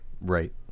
Right